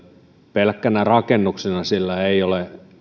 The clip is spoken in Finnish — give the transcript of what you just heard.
pelkkänä rakennuksena sillä ei ole